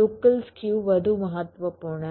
local skew વધુ મહત્વપૂર્ણ છે